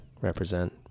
represent